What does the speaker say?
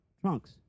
Trunks